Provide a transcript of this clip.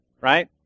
right